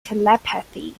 telepathy